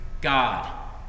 God